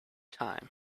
time